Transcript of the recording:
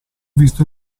visto